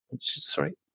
sorry